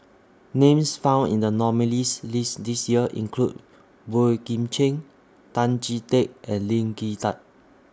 Names found in The nominees' list This Year include Boey Kim Cheng Tan Chee Teck and Lee Kin Tat